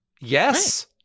Yes